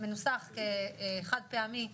מנוסח כחד פעמי,